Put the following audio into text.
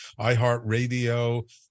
iheartradio